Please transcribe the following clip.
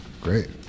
Great